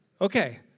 Okay